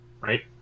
Right